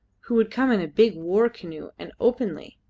who would come in a big war canoe, and openly.